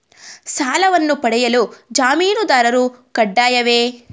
ಸಾಲವನ್ನು ಪಡೆಯಲು ಜಾಮೀನುದಾರರು ಕಡ್ಡಾಯವೇ?